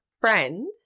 friend